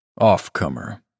Offcomer